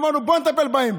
ואמרנו: בואו נטפל בהם.